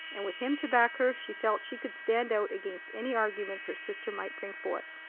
and with him to back her she felt she could stand out against any arguments her sister might bring forth.